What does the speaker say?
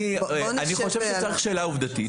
אני חושב שצריך שאלה עובדתית.